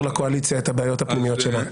לקואליציה את הבעיות הפנימיות שלה.